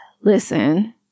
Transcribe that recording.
Listen